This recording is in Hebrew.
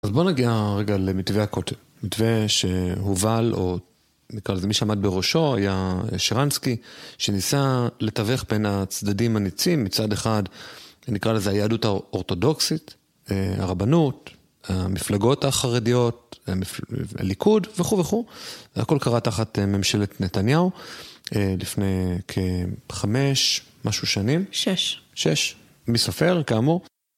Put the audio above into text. אז בוא נגיע רגע למתווה הכותל, מתווה שהובל, או נקרא לזה, מי שעמד בראשו, היה שרנסקי, שניסה לתווך בין הצדדים הניצים, מצד אחד נקרא לזה היהדות האורתודוקסית, הרבנות, המפלגות החרדיות, הליכוד וכו' וכו'. זה הכל קרה תחת ממשלת נתניהו לפני כחמש משהו שנים. שש. שש, מי סופר כאמור.